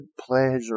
pleasure